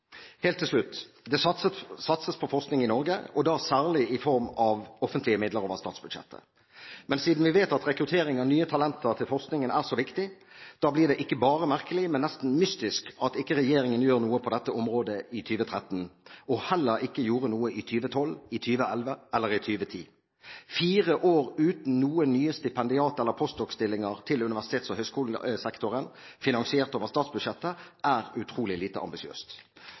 Helt til slutt: Det satses på forskning i Norge, og da særlig i form av offentlige midler over statsbudsjettet. Men siden vi vet at rekrutteringen av nye talenter til forskningen er så viktig, blir det ikke bare merkelig, men nesten mystisk at ikke regjeringen gjør noe på dette området i 2013, og heller ikke gjorde noe i 2012, i 2011 eller i 2010. Fire år uten noen nye stipendiater eller postdoktor-stillinger til universitets- og høyskolesektoren finansiert over statsbudsjettet er utrolig lite ambisiøst.